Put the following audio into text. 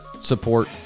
support